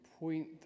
Point